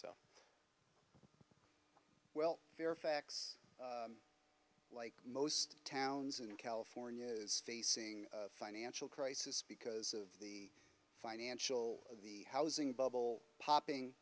well fairfax like most towns in california is facing financial crisis because of the financial the housing bubble popping